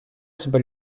себе